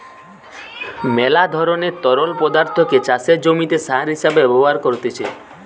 মেলা ধরণের তরল পদার্থকে চাষের জমিতে সার হিসেবে ব্যবহার করতিছে